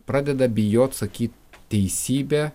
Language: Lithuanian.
pradeda bijot sakyt teisybę